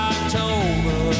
October